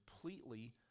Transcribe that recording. completely